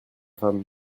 femme